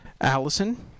Allison